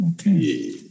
okay